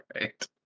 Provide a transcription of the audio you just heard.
right